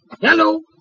Hello